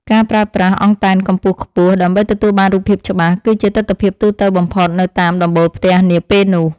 ការប្រើប្រាស់អង់តែនកម្ពស់ខ្ពស់ដើម្បីទទួលបានរូបភាពច្បាស់ គឺជាទិដ្ឋភាពទូទៅបំផុតនៅតាមដំបូលផ្ទះនាពេលនោះ។